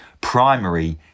primary